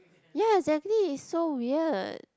ya exactly is so weird